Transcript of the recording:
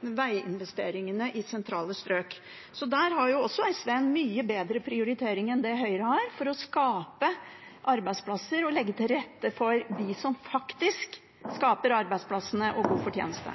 veginvesteringer i sentrale strøk. Også der har SV en mye bedre prioritering enn det Høyre har for å skape arbeidsplasser og legge til rette for dem som faktisk skaper arbeidsplassene og god fortjeneste.